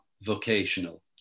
vocational